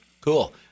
Cool